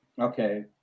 okay